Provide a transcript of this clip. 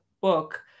book